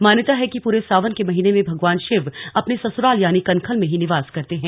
मान्यता है कि पूरे सावन के महीने में भगवान शिव अपने संसुराल यानी कनखल में ही निवास करते हैं